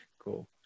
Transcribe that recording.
Cool